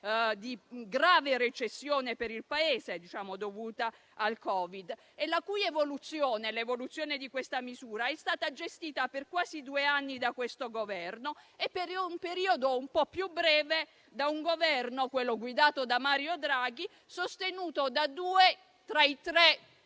di grave recessione per il Paese dovuta al Covid-19. L'evoluzione di questa misura è stata gestita per quasi due anni da questo Governo e per un periodo un po' più breve da un Governo, quello guidato da Mario Draghi, sostenuto da due tra i tre